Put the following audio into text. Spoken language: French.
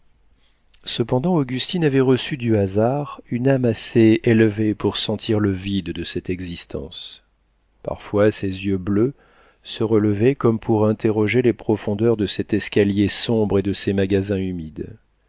cependant augustine avait reçu du hasard une âme assez élevée pour sentir le vide de cette existence parfois ses yeux bleus se relevaient comme pour interroger les profondeurs de cet escalier sombre et de ces magasins humides